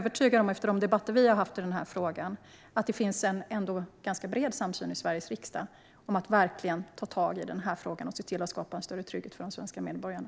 Efter de debatter vi har haft i denna fråga är jag övertygad om att det finns en bred samsyn i Sveriges riksdag om att verkligen ta tag i denna fråga och skapa större trygghet för de svenska medborgarna.